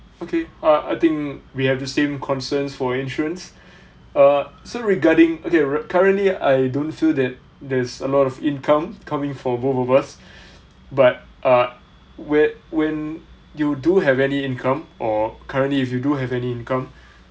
okay uh I think we have the same concerns for insurance err so regarding okay we're currently I don't feel that there's a lot of income coming for both of us but uh when when you do have any income or currently if you do have any income